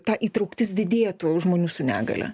ta įtrauktis didėtų žmonių su negalia